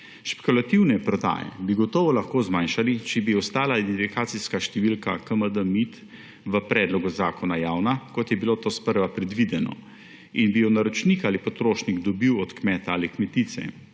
Špekulativne prodaje bi gotovo lahko zmanjšali, če bi ostala identifikacijska številka KMG-MID v predlogu zakona javna, kot je bilo to sprva predvideno, in bi jo naročnik ali potrošnik dobil od kmeta ali kmetice.